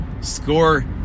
score